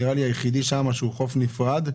נראה לי היחידי שהוא חוף נפרד,